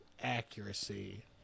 Accuracy